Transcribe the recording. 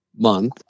month